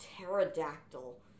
pterodactyl